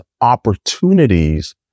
opportunities